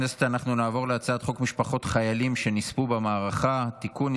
עכשיו נצביע על הצעת חוק העבירות המינהליות (תיקון,